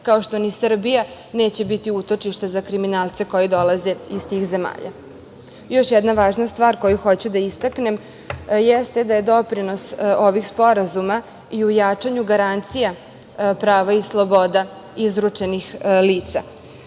kao što ni Srbija neće biti utočište za kriminalce koji dolaze iz tih zemalja. Još jedna važna stvar koju hoću da istaknem jeste da je doprinos ovih sporazuma i u jačanju garancija prava i sloboda izručenih lica.